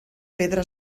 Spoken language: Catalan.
pedra